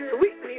Sweet